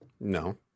No